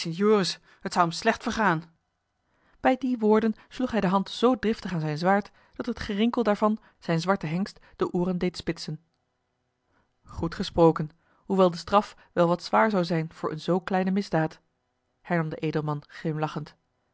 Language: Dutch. het zou hem slecht vergaan bij de woorden sloeg hij de hand zoo driftig aan zijn zwaard dat het gerinkel daarvan zijn zwarten hengst de ooren deed spitsen goed gesproken hoewel de straf wel wat zwaar zou zijn voor eene zoo kleine misdaad hernam de edelman glimlachend